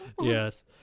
yes